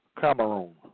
Cameroon